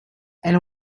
elle